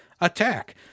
attack